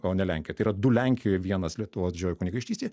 o ne lenkijoj tai yra du lenkijoj vienas lietuvos didžiojoj kunigaikštystėj